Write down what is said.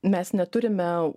mes neturime